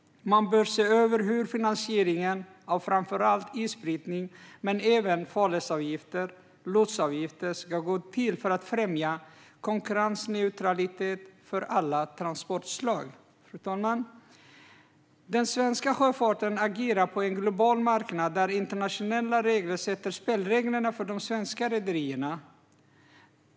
Man bör se över hur finansieringen av framför allt isbrytning men även farledsavgifter och lotsavgifter ska gå till för att främja konkurrensneutralitet för alla transportslag. Fru talman! Den svenska sjöfarten agerar på en global marknad där internationella regler sätter spelreglerna för de svenska rederierna.